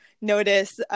notice